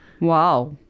Wow